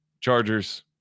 Chargers